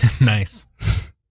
Nice